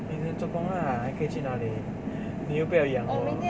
明天做工啦还可以去哪里妳又不要养我